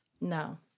No